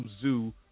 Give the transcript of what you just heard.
zoo